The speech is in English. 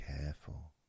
careful